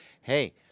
hey